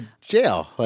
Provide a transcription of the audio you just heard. jail